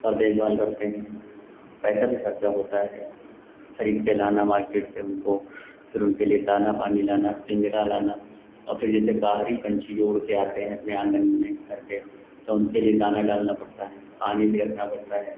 और देखभाल करते हैं पैसा भी खर्चा होता है खरीदकर लाना मार्केट से उनको फिर उनके लिए दाना पानी लाना पिन्जरा लाना और फिर जैसे बाहरी पक्षी जो उड़कर आते हैं अपने आँगन में घर के तो उनके लिए दाना डालना पड़ता है पानी भी रखना पड़ता है